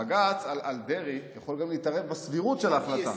בג"ץ על דרעי יכול גם להתערב בסבירות של ההחלטה.